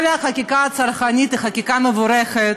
כל החקיקה הצרכנית היא חקיקה מבורכת.